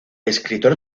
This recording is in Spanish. escritor